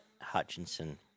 Hutchinson